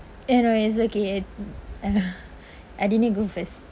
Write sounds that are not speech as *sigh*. eh no it's okay *noise* aldini go first